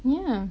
yeah